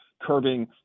curbing